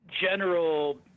general